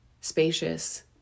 spacious